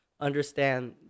understand